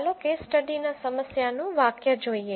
ચાલો કેસ સ્ટડીના સમસ્યાનું વાક્ય જોઈએ